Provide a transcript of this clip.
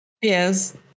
Yes